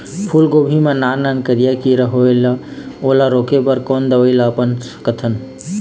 फूलगोभी मा नान नान करिया किरा होयेल ओला रोके बर कोन दवई ला अपना सकथन?